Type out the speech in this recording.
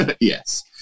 Yes